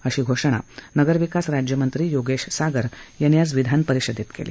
अशी घोषणा नगर विकास राज्यमंत्री योगेश सागर यांनी आज विधानपरिषदेत केली